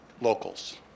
locals